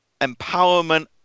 empowerment